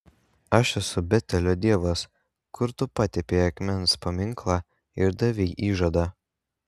aš esu betelio dievas kur tu patepei akmens paminklą ir davei įžadą